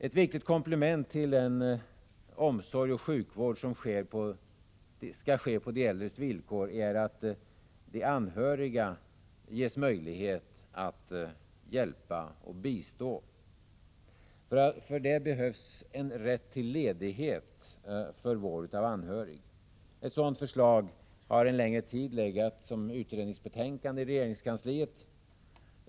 Ett viktigt komplement till en omsorg och sjukvård som sker på de äldres villkor är att de anhöriga ges möjlighet att hjälpa och bistå. För detta behövs en rätt till ledighet för vård av anhörig. Ett sådant förslag har en längre tid legat som utredningsbetänkande i regeringskansliet.